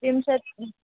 विंशतिः